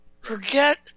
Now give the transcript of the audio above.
Forget